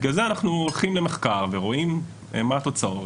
לכן אנחנו הולכים למחקר ורואים מה התוצאות